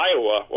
Iowa